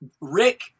Rick